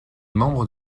membre